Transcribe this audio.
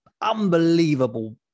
unbelievable